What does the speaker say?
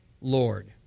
Lord